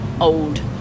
old